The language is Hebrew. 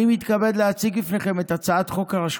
אני מתכבד להציג בפניכם את הצעת חוק הרשות